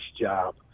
job